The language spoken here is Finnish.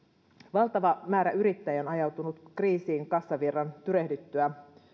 valtava määrä yrittäjiä on ajautunut kriisiin kassavirran tyrehdyttyä